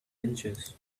inches